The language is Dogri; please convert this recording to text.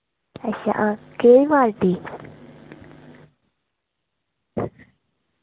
अच्छा हां केह्ड़ी पार्टी